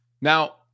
Now